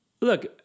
Look